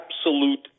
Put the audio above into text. absolute